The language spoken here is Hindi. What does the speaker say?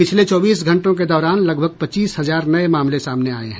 पिछले चौबीस घंटों के दौरान लगभग पच्चीस हजार नये मामले सामने आये हैं